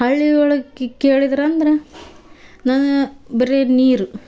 ಹಳ್ಳಿಯೊಳ್ಗೆ ಕೇಳಿದ್ರು ಅಂದ್ರೆ ನನಾ ಬರೇ ನೀರು